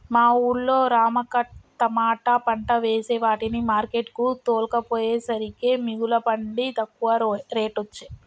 మా వూళ్ళో రమక్క తమాట పంట వేసే వాటిని మార్కెట్ కు తోల్కపోయేసరికే మిగుల పండి తక్కువ రేటొచ్చె